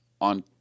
on